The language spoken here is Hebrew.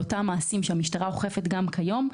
לאותם מעשים שהמשטרה אוכפת גם היום,